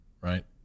Right